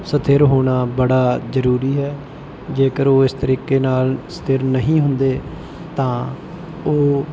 ਸਥਿਰ ਹੋਣਾ ਬੜਾ ਜ਼ਰੂਰੀ ਹੈ ਜੇਕਰ ਉਹ ਇਸ ਤਰੀਕੇ ਨਾਲ ਸਥਿਰ ਨਹੀਂ ਹੁੰਦੇ ਤਾਂ ਉਹ